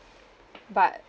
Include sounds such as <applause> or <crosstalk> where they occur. <breath> but